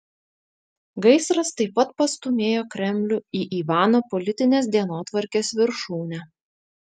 gaisras taip pat pastūmėjo kremlių į ivano politinės dienotvarkės viršūnę